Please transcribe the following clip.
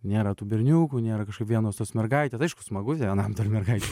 nėra tų berniukų nėra kažkaip vienas tos mergaitės aišku smagu vienam tarp mergaičių